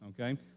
Okay